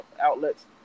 outlets